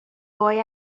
boy